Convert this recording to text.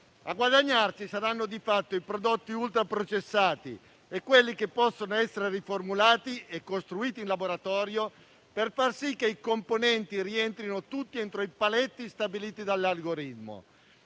A guadagnarci saranno di fatto i prodotti ultraprocessati e quelli che possono essere riformulati e costruiti in laboratorio per far sì che i componenti rientrino tutti entro i paletti stabiliti dall'algoritmo.